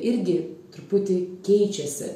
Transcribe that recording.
irgi truputį keičiasi